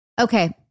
Okay